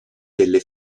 delle